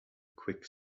quick